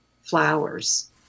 flowers